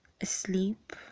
asleep